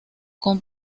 con